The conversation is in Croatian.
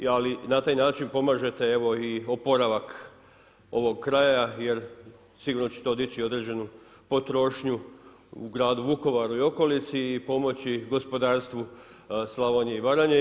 Ali na taj način pomažete evo i oporavak ovog kraja, jer sigurno će to dići određenu potrošnju u gradu Vukovaru i okolici i pomoći gospodarstvu Slavonije i Baranje.